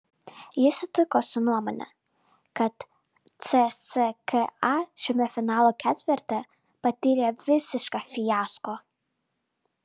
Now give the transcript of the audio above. jis sutiko su nuomone kad cska šiame finalo ketverte patyrė visišką fiasko